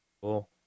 cool